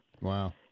Wow